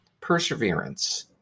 perseverance